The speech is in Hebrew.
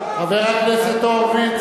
חבר הכנסת הורוביץ.